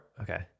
Okay